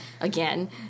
Again